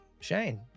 Shane